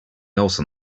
else